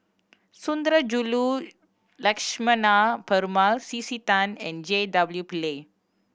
Sundarajulu Lakshmana Perumal C C Tan and J W Pillay